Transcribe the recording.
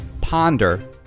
ponder